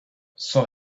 sans